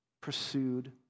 pursued